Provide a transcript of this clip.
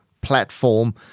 platform